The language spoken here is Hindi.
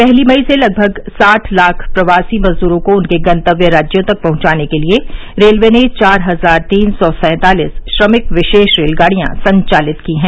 पहली मई से लगभग साठ लाख प्रवासी मजदूरों को उनके गंतव्य राज्यों तक पहँचाने के लिए रेलवे ने चार हजार तीन सौ सैंतालीस श्रमिक विशेष रेलगाड़ियां संचालित की हैं